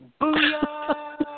Booyah